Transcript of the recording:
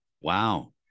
Wow